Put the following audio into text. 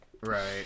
right